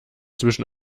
zwischen